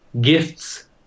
gifts